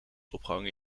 opgehangen